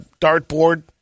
dartboard